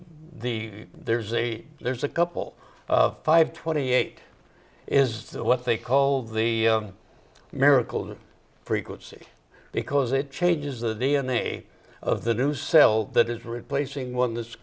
the there's a there's a couple of five twenty eight is what they call the miracle the frequency because it changes the d n a of the new cell that is replacing one th